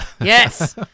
yes